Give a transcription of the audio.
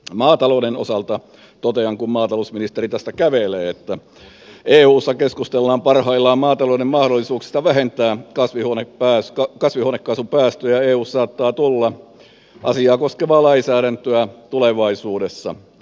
maatalouden osalta totean kun maatalousministeri nyt tästä kävelee että eussa kes kustellaan parhaillaan maatalouden mahdollisuuksista vähentää kasvihuonekaasupäästöjä ja eussa saattaa tulla asiaa koskevaa lainsäädäntöä tulevaisuudessa